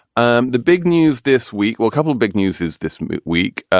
um the big news this week or a couple of big news is this week, ah